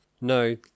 No